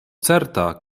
certa